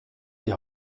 die